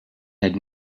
had